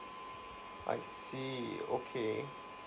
I see okay